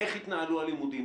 איך יתנהלו הלימודים?